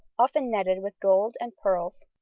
often netted with gold and pearls.